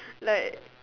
like